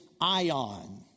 ion